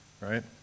right